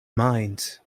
minds